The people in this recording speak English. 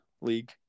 league